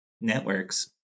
networks